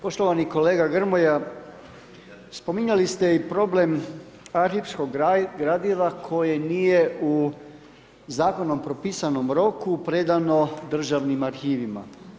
Poštovani kolega Grmoja, spominjali ste i problem arhivskog gradiva koje nije u zakonom propisanom roku predano državnim arhivima.